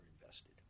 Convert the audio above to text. invested